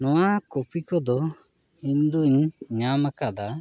ᱱᱚᱣᱟ ᱠᱚᱯᱤ ᱠᱚᱫᱚ ᱤᱧ ᱫᱚᱹᱧ ᱧᱟᱢ ᱟᱠᱟᱫᱟ